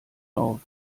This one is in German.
auf